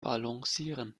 balancieren